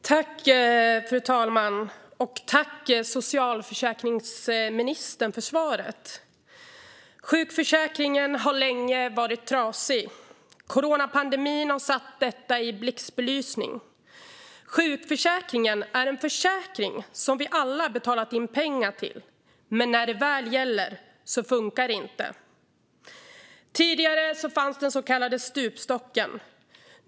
Fru talman! Tack, socialförsäkringsministern, för svaret! Sjukförsäkringen har länge varit trasig. Coronapandemin har satt detta i blixtbelysning. Sjukförsäkringen är en försäkring som vi alla betalat in pengar till, men när det väl gäller funkar det inte. Tidigare fanns den så kallade stupstocken.